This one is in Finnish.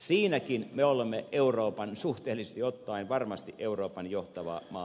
siinäkin me olemme suhteellisesti ottaen varmasti euroopan johtava maa